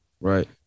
right